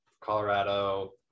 Colorado